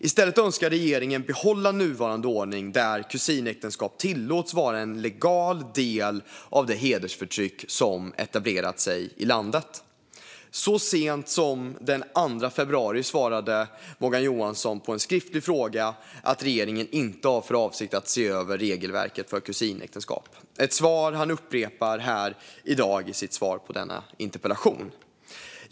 I stället önskar regeringen behålla nuvarande ordning där kusinäktenskap tillåts vara en legal del av det hedersförtryck som har etablerat sig i landet. Så sent som den 2 februari svarade Morgan Johansson på en skriftlig fråga att regeringen inte har för avsikt att se över regelverket för kusinäktenskap, ett svar som han upprepar i dag i sitt svar på denna interpellation.